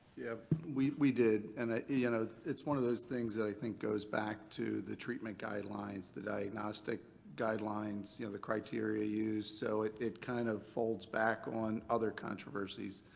yeah, we we did and i. you know it's one of those things that i think goes back to the treatment guidelines, the diagnostic guidelines, you know, the criteria used. so it it kind of folds back on other controversies,